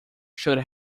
should